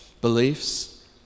beliefs